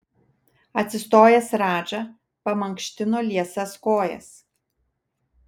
atsistojęs radža pamankštino liesas kojas